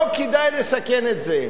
לא כדאי לסכן את זה.